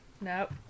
Nope